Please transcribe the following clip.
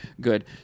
good